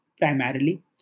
primarily